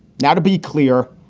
now, to be clear,